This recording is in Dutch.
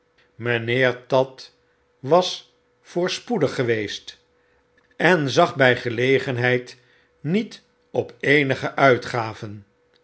mynheer tatt was voorspoedig geweest en zag by gelegenheid niet op eenige uitgaven